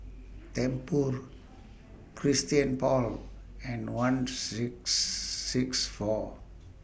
Tempur Christian Paul and one six six four